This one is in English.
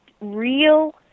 real